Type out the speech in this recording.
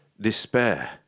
despair